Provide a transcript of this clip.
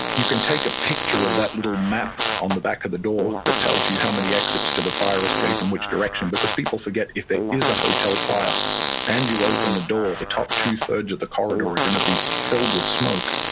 you can take a picture of that little map on the back of the door that tells you how many exits to the fire escape and which direction, because people forget if there is a hotel fire and you open the door, the top two-thirds of the corridor are going to be filled with smoke,